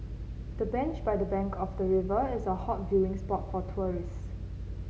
the bench by the bank of the river is a hot viewing spot for tourist